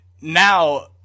now –